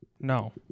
No